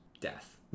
death